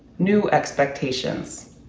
new expectations.